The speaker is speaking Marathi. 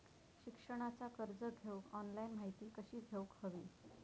शिक्षणाचा कर्ज घेऊक ऑनलाइन माहिती कशी घेऊक हवी?